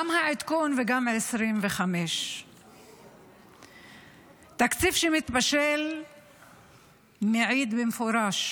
גם העדכון וגם 2025. התקציב שמתבשל מעיד במפורש